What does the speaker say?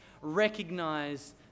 recognize